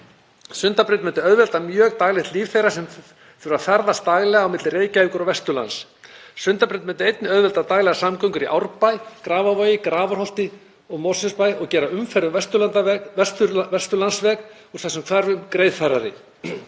Sundabraut myndi auðvelda mjög daglegt líf þeirra sem þurfa að ferðast daglega á milli Reykjavíkur og Vesturlands. Sundabraut myndi einnig auðvelda daglegar samgöngur í Árbæ, Grafarvogi, Grafarholti og Mosfellsbæ og gera umferð um Vesturlandsveg úr þessum hverfum greiðfærari.